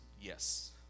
yes